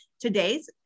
today's